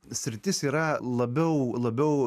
sritis yra labiau labiau